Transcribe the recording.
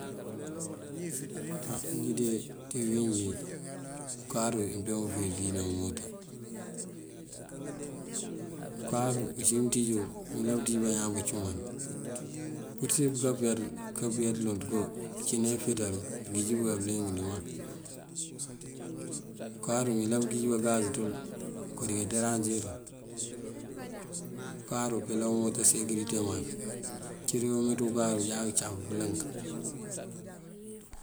Á njí de ţí uwín njí ukáaru wí mëmpee wuŋ pëfíir dí ná umoota. Ukáaru ucí mënţíj wul mëyëlan pëţíj bañaan bacumal, mëmpurësir pëká pëyá ţëloŋ ţëko këcína ifeţaru këgij bukal bëliyëng ndëmaŋ. Ukáaru mëyëlan pëgij bagas ţul kodí kaderansiru. Ukáaru peelan umoota sekirite mak, mëncí dí bameeţú ukáaru jáţa këcar pëlunk.